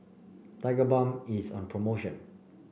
Tigerbalm is on promotion